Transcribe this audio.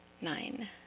Nine